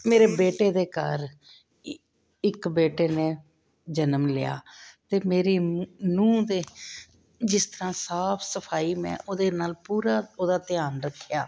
ਮੇਰੇ ਬੇਟੇ ਦੇ ਘਰ ਇੱਕ ਬੇਟੇ ਨੇ ਜਨਮ ਲਿਆ ਅਤੇ ਮੇਰੀ ਨੂੰਹ ਦੇ ਜਿਸ ਤਰ੍ਹਾਂ ਸਾਫ ਸਫਾਈ ਮੈਂ ਉਹਦੇ ਨਾਲ ਪੂਰਾ ਉਹਦਾ ਧਿਆਨ ਰੱਖਿਆ